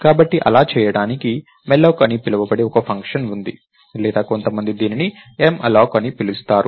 కాబట్టి అలా చేయడానికి malloc అని పిలువబడే ఒక ఫంక్షన్ ఉంది లేదా కొంతమంది దీనిని m alloc అని పిలుస్తారు